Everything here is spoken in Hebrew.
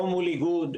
לא מול איגוד,